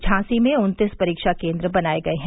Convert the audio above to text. झांसी में उन्तीस परीक्षा केन्द्र बनाए गये हैं